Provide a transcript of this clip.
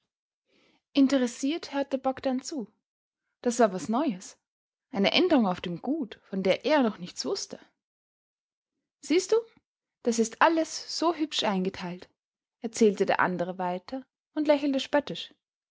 interessiert hörte bogdn zu das war was neues eine änderung auf dem gut von der er noch nichts wußte siehst du das ist alles so hübsch eingeteilt erzählte der andere weiter und lächelte spöttisch